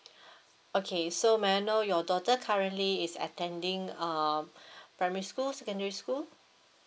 okay so may I know your daughter currently is attending um primary school secondary school